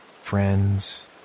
friends